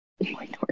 Minority